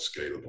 scalable